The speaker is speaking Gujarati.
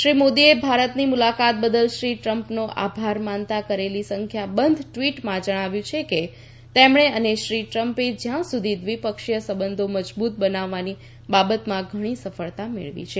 શ્રી મોદીએ ભારતની મુલાકાત બદલ શ્રી ટ્રમ્પનો આભાર માનતી કરેલી સંખ્યાબંધ ટ઼વીટમાં જણાવ્યું છે કે તેમણે અને શ્રી ટ્રમ્પે જ્યાં સુધી દ્રિપક્ષીય સંબંધો મજબુત બનાવવાની બાબતમાં ઘણી સફળતા મેળવી છે